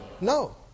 No